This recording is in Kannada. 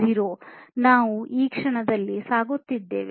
0 ನಾವು ಈ ಕ್ಷಣದಲ್ಲಿ ಸಾಗುತ್ತಿದ್ದೇವೆ